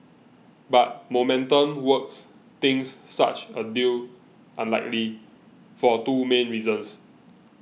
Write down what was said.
but Momentum Works thinks such a deal unlikely for two main reasons